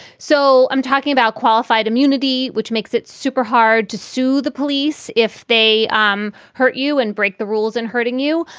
so i'm talking about qualified immunity, which makes it super hard to sue the police if they um hurt you and break the rules and hurting you.